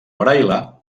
braille